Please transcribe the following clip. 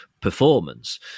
performance